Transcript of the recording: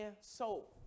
soul